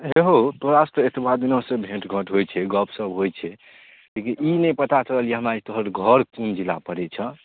हौ तोरासँ तऽ एतबा दिनासँ भेँट घाँट होइ छै गपशप होइ छै लेकिन ई नहि पता चलल कि तोहर घर कोन जिला पड़ै छऽ